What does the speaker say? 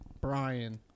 Brian